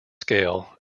scale